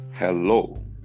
Hello